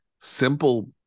simple